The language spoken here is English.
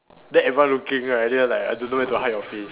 then everyone looking right then you're like I don't know where to hide your face